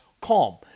calm